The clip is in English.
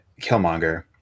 Killmonger